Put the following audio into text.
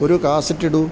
ഒരു കാസറ്റ് ഇടൂ